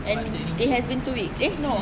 and it has been two week eh no